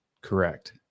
Correct